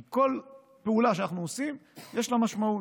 כי כל פעולה שאנחנו עושים, יש לה משמעות.